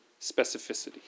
specificity